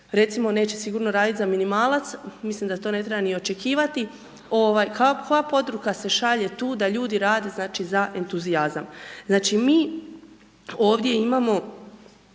recimo, neće sigurno raditi za minimalac, mislim da to ne treba ni očekivati, ovaj koja poruka se šalje tu da ljudi rade, znači, za entuzijazam. Znači, mi ovdje imamo